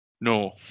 No